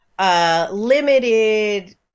limited